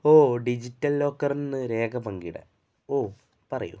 ഓ digital ലോക്കറില്നിന്ന് രേഖ പങ്കിടാൻ ഓ പറയു